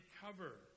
cover